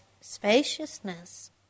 spaciousness